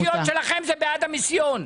הגחמות האישיות שלהם הן בעד המיסיון.